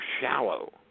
shallow